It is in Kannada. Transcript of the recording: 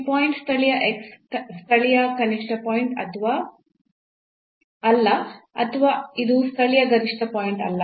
ಈ ಪಾಯಿಂಟ್ ಸ್ಥಳೀಯ x ಸ್ಥಳೀಯ ಕನಿಷ್ಠ ಪಾಯಿಂಟ್ ಅಲ್ಲ ಅಥವಾ ಇದು ಸ್ಥಳೀಯ ಗರಿಷ್ಠ ಪಾಯಿಂಟ್ ಅಲ್ಲ